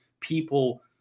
people